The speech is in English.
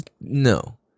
no